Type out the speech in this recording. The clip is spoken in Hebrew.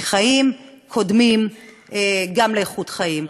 כי חיים קודמים גם לאיכות חיים.